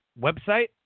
website